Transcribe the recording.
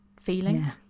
feeling